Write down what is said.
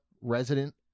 resident